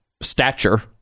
stature